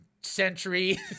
century